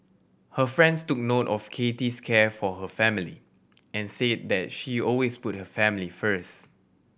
her friends took note of Kathy's care for her family and said that she always put her family first